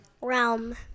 Realm